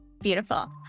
Beautiful